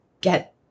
get